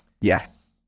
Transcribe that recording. Yes